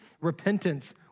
Repentance